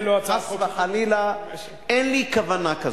חס וחלילה, אין לי כוונה כזאת.